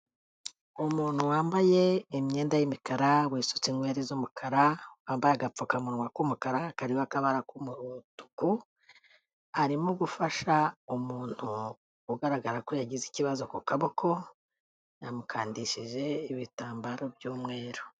Umuntu wambaye imyenda y'imikara wisutse inyweri z'umukara, wambaye agapfukamunwa k'umukara, kariho akabara k'umutuku, arimo gufasha umuntu ugaragara ko yagize ikibazo ku kaboko, yamukandishije ibitambaro by'umweru.